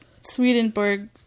swedenborg